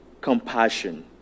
compassion